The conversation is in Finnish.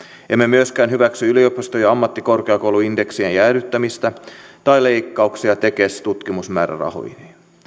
emme myöskään hyväksy yliopisto ja ammattikorkeakouluindeksien jäädyttämistä tai leikkauksia tekes tutkimusmäärärahoihin